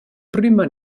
prüma